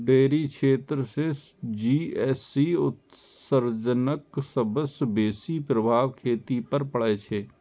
dairy क्षेत्र सं GHC उत्सर्जनक सबसं बेसी प्रभाव खेती पर पड़ै छै